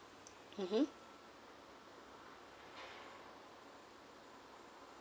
mmhmm